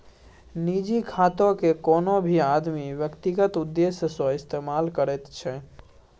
निजी खातेकेँ कोनो भी आदमी व्यक्तिगत उद्देश्य सँ इस्तेमाल करैत छै